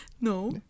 No